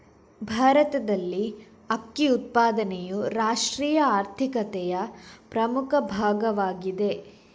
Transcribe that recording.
ಭಾರತದಲ್ಲಿ ಅಕ್ಕಿ ಉತ್ಪಾದನೆಯು ರಾಷ್ಟ್ರೀಯ ಆರ್ಥಿಕತೆಯ ಪ್ರಮುಖ ಭಾಗವಾಗಿದೆ